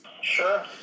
Sure